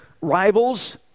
rivals